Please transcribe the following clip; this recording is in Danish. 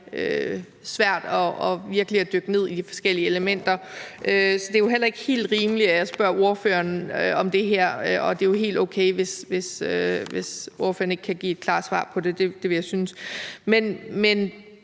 svært virkelig at dykke ned i de forskellige elementer. Så det er jo heller ikke helt rimeligt, at jeg spørger ordføreren om det her, og det er helt okay, hvis ordføreren ikke kan give et klart svar på det, vil jeg synes. Men